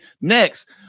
Next